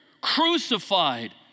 crucified